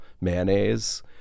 mayonnaise